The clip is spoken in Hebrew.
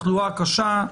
תחלואה קשה,